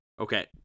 Okay